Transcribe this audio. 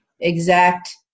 exact